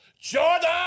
Jordan